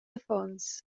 affons